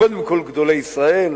קודם כול גדולי ישראל,